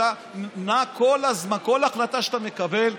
כל החלטה שאתה מקבל,